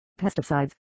pesticides